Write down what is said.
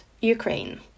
Ukraine